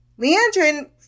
Leandrin